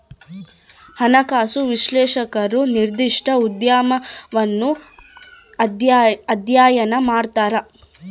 ಹಣಕಾಸು ವಿಶ್ಲೇಷಕರು ನಿರ್ದಿಷ್ಟ ಉದ್ಯಮವನ್ನು ಅಧ್ಯಯನ ಮಾಡ್ತರ